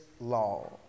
law